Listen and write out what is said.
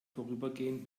vorübergehend